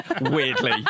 weirdly